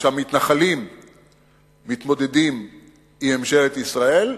כשהמתנחלים מתמודדים עם ממשלת ישראל,